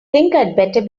better